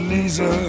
Lisa